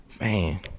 Man